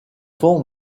fonts